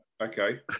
okay